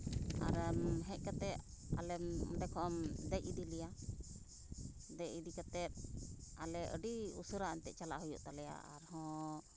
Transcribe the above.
ᱟᱨᱟᱢ ᱦᱮᱡ ᱠᱟᱛᱮᱫ ᱟᱞᱮ ᱚᱸᱰᱮ ᱠᱷᱚᱱᱮᱢ ᱫᱮᱡ ᱤᱫᱤ ᱞᱮᱭᱟ ᱫᱮᱡ ᱤᱫᱤ ᱠᱟᱛᱮᱫ ᱟᱞᱮ ᱟᱹᱰᱤ ᱩᱥᱟᱹᱨᱟ ᱮᱱᱛᱮᱫ ᱪᱟᱞᱟᱜ ᱦᱩᱭᱩᱜ ᱛᱟᱞᱮᱭᱟ ᱟᱨᱦᱚᱸ